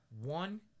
One